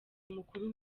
umukuru